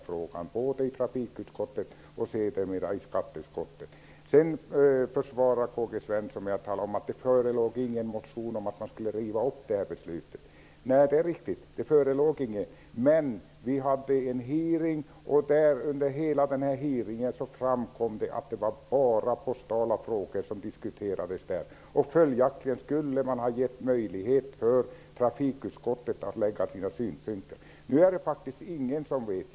Det gäller både trafikutskottet och sedermera skatteutskottet. K-G Svenson försvarar sig med att tala om att det inte förelåg någon motion om att man skall riva upp beslutet. Det är riktigt. Men vi hade en hearing, och under hela denna hearing framkom det att det bara var postala frågor som diskuterades där. Följaktligen skulle man ha givit möjlighet för trafikutskottet att lägga fram sina synpunkter. u vet ingen om vad som gäller.